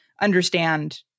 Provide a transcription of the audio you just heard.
understand